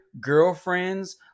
Girlfriends